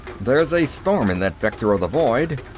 there's a storm in that vector of the void.